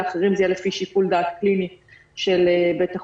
לאחרים זה יהיה לפי שיקול דעת קליני של בית החולים.